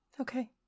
Okay